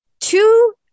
two